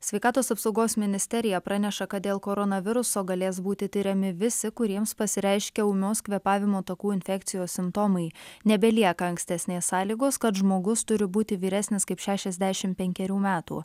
sveikatos apsaugos ministerija praneša kad dėl koronaviruso galės būti tiriami visi kuriems pasireiškia ūmios kvėpavimo takų infekcijos simptomai nebelieka ankstesnės sąlygos kad žmogus turi būti vyresnis kaip šešiasdešimt penkerių metų